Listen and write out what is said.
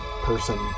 person